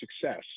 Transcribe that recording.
success